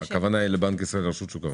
הכוונה היא לבנק ישראל, לרשות שוק ההון.